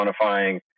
quantifying